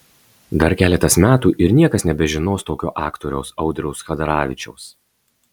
dar keletas metų ir niekas nebežinos tokio aktoriaus audriaus chadaravičiaus